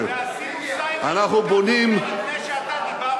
ועשינו סייבר כל כך הרבה לפני שאתה דיברת על זה.